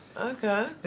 okay